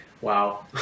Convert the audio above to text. Wow